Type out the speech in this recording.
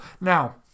Now